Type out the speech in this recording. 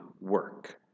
work